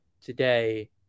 today